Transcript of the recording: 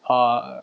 err